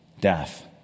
death